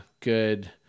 good